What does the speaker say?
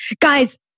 guys